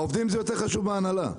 העובדים זה יותר חשוב מההנהלה.